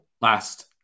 last